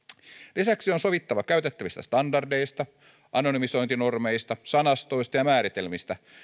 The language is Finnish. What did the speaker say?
lisäksi on sovittava käytettävistä standardeista anonymisointinormeista sanastoista ja määritelmistä